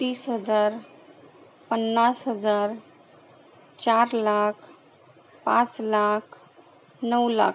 तीस हजार पन्नास हजार चार लाख पाच लाख नऊ लाख